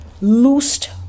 loosed